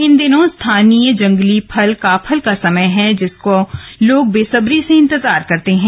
इन दिनों स्थानीय जंगली फल काफल का समय है जिसका लोग बेसब्री से इंतजार करते हैं